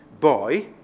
boy